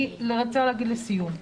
אני רוצה להגיד לסיום,